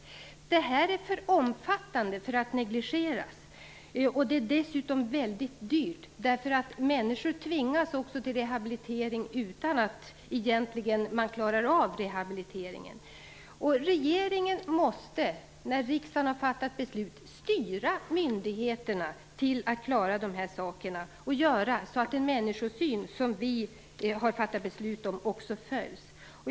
Det här är för omfattande för att negligeras, och det är dessutom väldigt dyrt. Människor tvingas till rehabilitering trots att man egentligen inte klarar en rehabilitering. Regeringen måste när riksdagen har fattat beslut styra myndigheterna så att de klarar dessa saker och se till att den människosyn som vi har fattat beslut om följs.